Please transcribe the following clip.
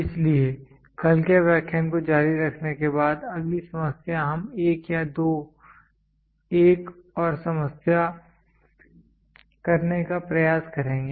इसलिए कल के व्याख्यान को जारी रखने के बाद अगली समस्या हम 1 या 2 एक और समस्या करने का प्रयास करेंगे